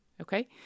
okay